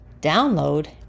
download